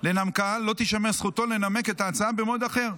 לנמקה, לא תישמר זכותו לנמק את ההצעה במועד אחר".